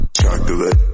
Chocolate